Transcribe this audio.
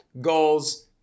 goals